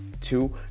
two